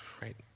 right